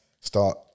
start